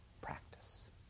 practice